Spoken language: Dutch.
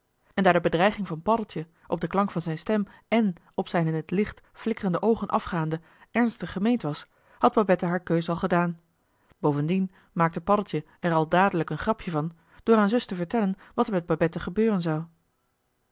en daar de bedreiging van paddeltje op den klank van zijn stem èn op zijn in het licht flikkerende oogen afgaande ernstig gemeend was had babette haar keus al gedaan bovendien maakte paddeltje er al dadelijk een grapje van door aan zus te vertellen wat er met babette gebeuren zou